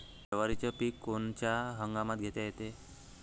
जवारीचं पीक कोनच्या हंगामात घेता येते?